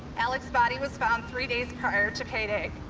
alec's body was found three days prior to payday.